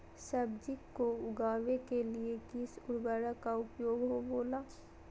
सब्जी को उगाने के लिए किस उर्वरक का उपयोग होबेला?